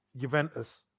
Juventus